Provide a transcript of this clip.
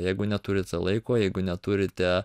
jeigu neturite laiko jeigu neturite